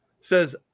says –